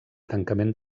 tancament